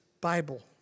Bible